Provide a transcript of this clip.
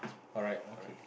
alright alright